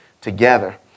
together